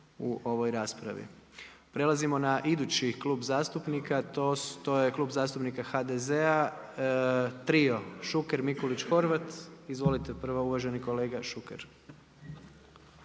u ovoj raspravi. Prelazimo na idući klub zastupnika, to je Klub zastupnika HDZ-a trio Šuker, Mikulić, Horvat. Izvolite prvo uvaženi kolega Šuker.